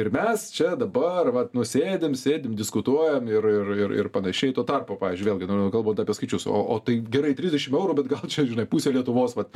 ir mes čia dabar vat nu sėdim sėdim diskutuojam ir ir ir ir panašiai tuo tarpu pavyzdžiui vėlgi kalbant apie skaičius o o tai gerai trisdešimt eurų bet gal čia žinai pusė lietuvos vat